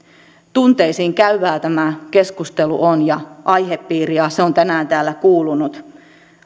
tunteisiin käyvää tämä keskustelu ja aihepiiri on ja se on tänään täällä kuulunut